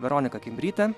veronika kimbrytė